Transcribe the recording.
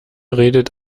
redet